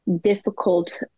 difficult